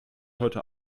heute